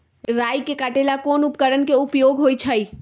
राई के काटे ला कोंन उपकरण के उपयोग होइ छई?